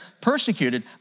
persecuted